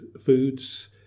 foods